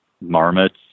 marmots